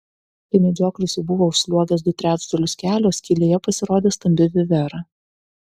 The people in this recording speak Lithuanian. kai medžioklis jau buvo užsliuogęs du trečdalius kelio skylėje pasirodė stambi vivera